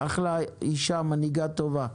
אחלה אישה, מנהיגה טובה.